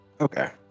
Okay